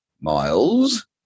Miles